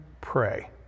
pray